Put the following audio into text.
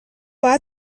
باید